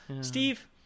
Steve